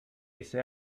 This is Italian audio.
essa